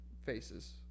faces